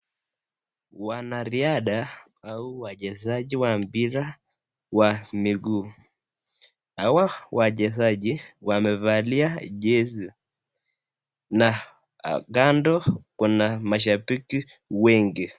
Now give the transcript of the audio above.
Wanariadha au wachezaji wa mpira wa miguu, hawa wachezaji wamevalia jezi, na kando kuna mashabiki wengi.